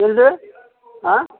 ಏನು ರೀ ಆಂ